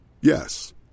Yes